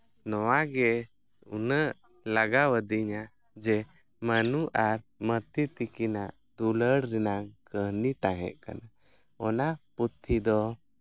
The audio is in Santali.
ᱱᱚᱣᱟ ᱜᱮ ᱩᱱᱟᱹᱜ ᱞᱟᱜᱟᱣᱟᱫᱤᱧᱟ ᱡᱮ ᱢᱟᱹᱱᱩ ᱟᱨ ᱢᱟᱹᱛᱤ ᱛᱤᱠᱤᱱᱟᱜ ᱫᱩᱞᱟᱹᱲ ᱨᱮᱱᱟᱝ ᱠᱟᱹᱦᱱᱤ ᱛᱟᱦᱮᱸᱠᱟᱱᱟ ᱚᱱᱟ ᱯᱩᱛᱷᱤ ᱫᱚ